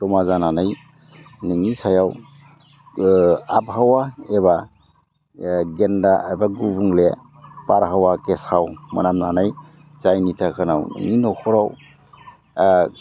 जमा जानानै नोंनि सायाव आबहावा एबा गेन्दा एबा गुबुंले बारहावा गेसाव मोनामनानै जायनि जाहोनाव नोंनि न'खराव